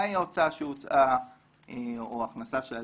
מה היא ההוצאה שהוצאה או ההכנסה.